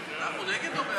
אנחנו נגד או בעד?